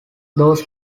those